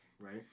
Right